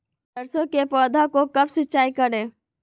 सरसों की पौधा को कब सिंचाई करे?